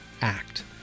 act